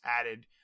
added